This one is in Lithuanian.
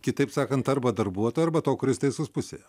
kitaip sakant arba darbuotojo arba to kuris teisus pusėje